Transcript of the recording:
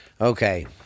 Okay